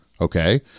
okay